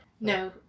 No